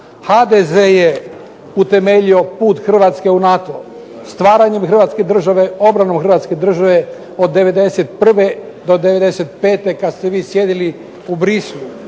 HDZ je utemeljio put Hrvatske u NATO stvaranjem Hrvatske države, obranom Hrvatske države od '91. do '95. kad ste vi sjedili u Bruxellesu.